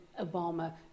Obama